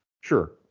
Sure